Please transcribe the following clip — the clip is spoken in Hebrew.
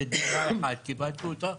זו דירה אחת, קיבלתי אותה